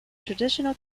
traditional